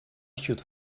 should